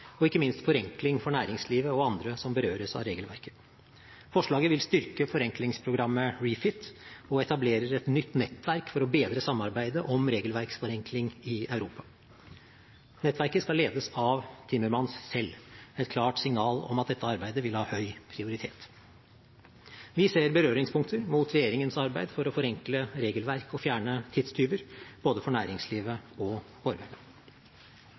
og ikke minst forenkling for næringslivet og andre som berøres av regelverket. Forslaget vil styrke forenklingsprogrammet REFIT og etablerer et nytt nettverk for å bedre samarbeidet om regelverksforenkling i Europa. Nettverket skal ledes av Timmermans selv – et klart signal om at dette arbeidet vil ha høy prioritet. Vi ser berøringspunkter mot regjeringens arbeid for å forenkle regelverk og fjerne tidstyver, både for næringslivet og